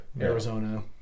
Arizona